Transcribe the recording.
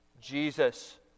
Jesus